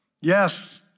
Yes